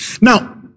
Now